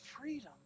freedom